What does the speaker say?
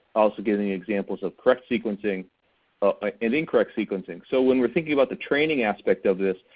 also giving examples of correct sequencing ah and incorrect sequencing. so when we're thinking about the training aspect of this,